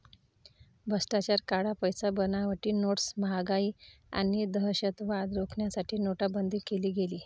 भ्रष्टाचार, काळा पैसा, बनावटी नोट्स, महागाई आणि दहशतवाद रोखण्यासाठी नोटाबंदी केली गेली